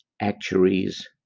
actuaries